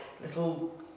little